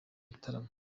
gitaramo